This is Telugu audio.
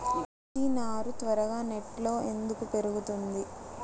మిర్చి నారు త్వరగా నెట్లో ఎందుకు పెరుగుతుంది?